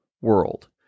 world